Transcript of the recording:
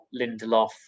Lindelof